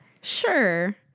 sure